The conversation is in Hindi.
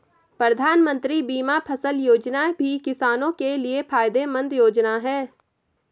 प्रधानमंत्री बीमा फसल योजना भी किसानो के लिये फायदेमंद योजना है